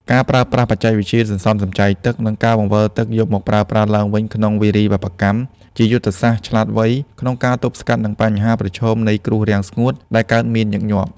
ការប្រើប្រាស់បច្ចេកវិទ្យាសន្សំសំចៃទឹក និងការបង្វិលទឹកយកមកប្រើប្រាស់ឡើងវិញក្នុងវារីវប្បកម្ម គឺជាយុទ្ធសាស្ត្រឆ្លាតវៃក្នុងការទប់ទល់នឹងបញ្ហាប្រឈមនៃគ្រោះរាំងស្ងួតដែលកើតមានញឹកញាប់។